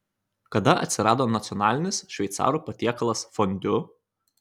kada atsirado nacionalinis šveicarų patiekalas fondiu